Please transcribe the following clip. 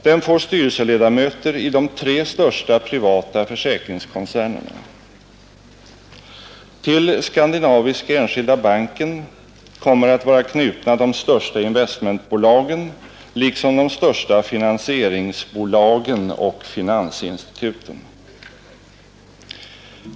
Den får styrelseledamöter i de tre största privata försäkringskoncernerna. Till Skandinaviska enskilda banken kommer att vara knutna de största investmentbolagen liksom de största finansieringsbolagen och finansinstituten.